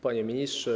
Panie Ministrze!